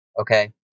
Okay